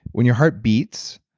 when your heart beats,